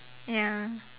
ya